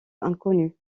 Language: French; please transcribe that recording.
inconnu